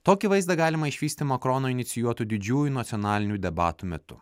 tokį vaizdą galima išvysti makrono inicijuotų didžiųjų nacionalinių debatų metu